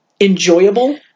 enjoyable